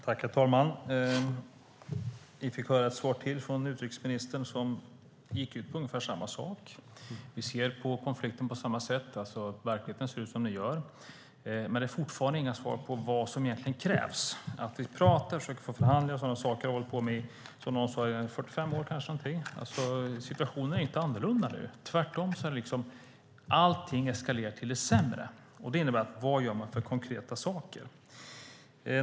Herr talman! Vi fick höra ett svar till från utrikesministern som gick ut på ungefär samma sak. Vi ser på konflikten på samma sätt - verkligheten ser ut som den gör. Det är dock fortfarande inga svar på frågan vad som egentligen krävs. Att prata, försöka få till förhandlingar och sådana saker har vi som någon sade hållit på med i kanske 45 år. Situationen är inte annorlunda nu. Tvärtom har allting eskalerat till det sämre. Det innebär att frågan blir: Vad gör man för konkreta saker?